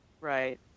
Right